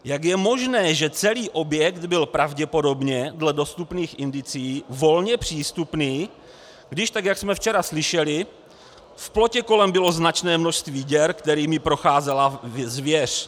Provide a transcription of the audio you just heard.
Jak je možné, že celý objekt byl pravděpodobně, dle dostupných indicií, volně přístupný, když jak jsme včera slyšeli v plotě kolem bylo značné množství děr, kterými procházela zvěř?